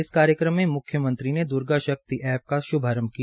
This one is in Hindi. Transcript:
इस कार्यक्रम में म्ख्यमंत्री ने द्र्गा शक्ति एप का श्भारंभ किया